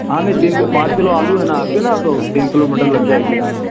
हाँ नहीं तीन किलो पॉच किलो आलू है ना आपके ना तो तीन किलो मटर लग जाएगी आपकी